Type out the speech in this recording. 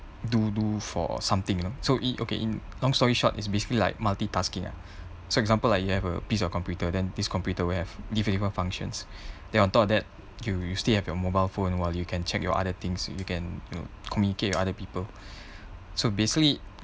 do do for something you know so in okay in long story short is basically like multitasking lah so example like you have a piece of computer then this computer will have different different functions then on top of that you you still have your mobile phone while you can check your other things you can communicate with other people so basically